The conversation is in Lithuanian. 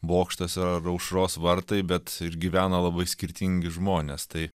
bokštas ar aušros vartai bet ir gyvena labai skirtingi žmonės tai